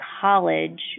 college